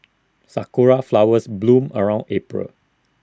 Sakura Flowers bloom around April